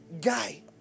guy